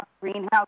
Greenhouse